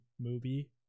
movie